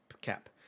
cap